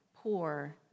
poor